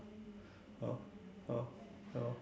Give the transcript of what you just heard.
ah ah you know